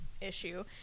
issue